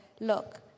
look